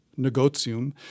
negotium